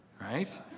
right